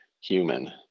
human